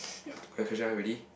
your your question are you ready